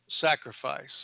sacrifice